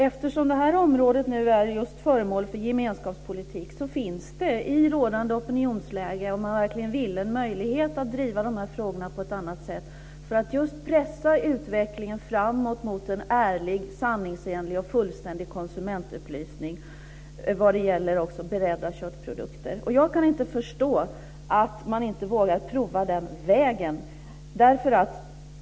Eftersom detta område nu är föremål för gemenskapspolitik finns det i rådande opinionsläge, om man verkligen vill, en möjlighet att driva dessa frågor på ett annat sätt för att just pressa utvecklingen framåt mot en ärlig, sanningsenlig och fullständig konsumentupplysning vad gäller också beredda köttprodukter. Jag kan inte förstå att man inte vågar prova den vägen.